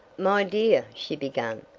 my dear, she began,